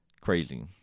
Crazy